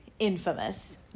Infamous